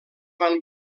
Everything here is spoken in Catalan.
van